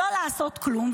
לא לעשות כלום,